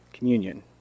Communion